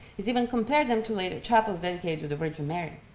he's even compared them to later chapels dedicated to the virgin mary.